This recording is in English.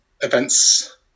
events